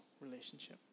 relationship